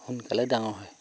সোনকালে ডাঙৰ হয়